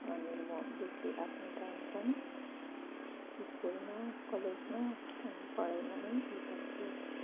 अनि म बेसी आफ्नो टाइम चाहिँ स्कुलमा कलेजमा अनि पढाइमा नै बिताउँछु